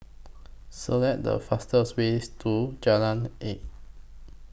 Select The fastest Way to Jalan Elok